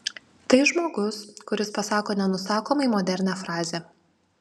tai žmogus kuris pasako nenusakomai modernią frazę